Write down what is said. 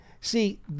See